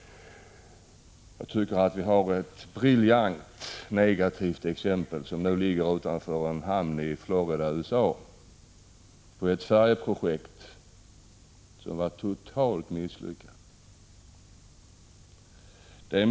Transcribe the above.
Vi har ett briljant negativt exempel som nu ligger utanför en hamn i Florida i USA. Det gäller ett färjeprojekt som totalt misslyckades.